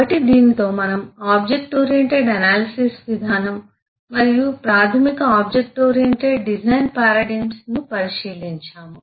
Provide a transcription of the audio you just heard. కాబట్టి దీనితో మనం ఆబ్జెక్ట్ ఓరియెంటెడ్ ఎనాలిసిస్ విధానం మరియు ప్రాథమిక ఆబ్జెక్ట్ ఓరియెంటెడ్ డిజైన్ పారడైమ్ ను పరిశీలించాము